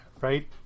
right